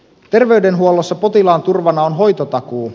terveydenhuollossa potilaan turvana on hoitotakuu